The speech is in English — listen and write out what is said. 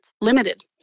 limited